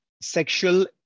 sexual